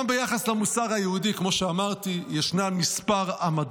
גם ביחס למוסר היהודי, כמו שאמרתי, יש כמה עמדות,